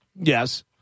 Yes